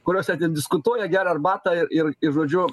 kuriuose ten diskutuoja geria arbatą ir ir žodžiu